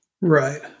Right